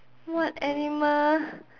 what animal